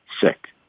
sick